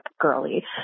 girly